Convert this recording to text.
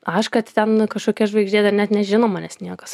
aš kad ten kažkokia žvaigždė dar net nežino manęs niekas